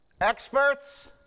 Experts